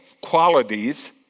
qualities